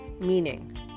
meaning